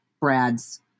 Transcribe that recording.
Brad's